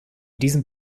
diesem